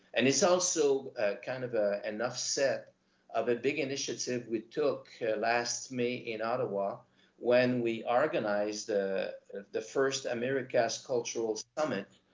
and it's also kind of ah enough said of a big initiative we took last may in ottawa when we organized the the first americas cultural summit,